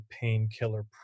painkiller